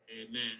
amen